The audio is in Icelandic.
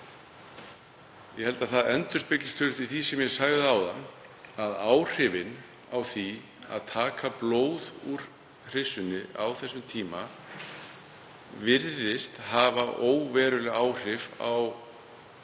ég tel, að það endurspeglist í því sem ég sagði áðan, að áhrifin af því að taka blóð úr hryssunni á þessum tíma virðist hafa óveruleg áhrif á líf